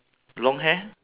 the tent is